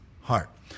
heart